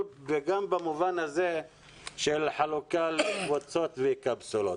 במובן הזה של חלוקה לקבוצות וקפסולות.